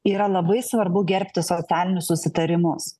yra labai svarbu gerbti socialinius susitarimus